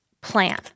Plan